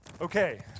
Okay